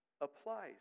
applies